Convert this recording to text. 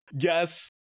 yes